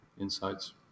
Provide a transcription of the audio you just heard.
insights